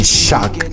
shock